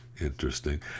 interesting